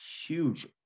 huge